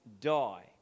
die